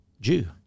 Jew